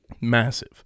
Massive